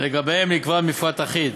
שלגביהם נקבע מפרט אחיד.